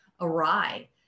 awry